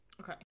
Okay